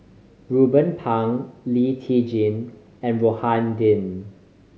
Ruben Pang Lee Tjin and Rohani Din